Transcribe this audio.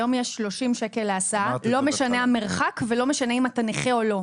היום יש 30 שקל להסעה לא משנה המרחק ולא משנה אם אתה נכה או לא.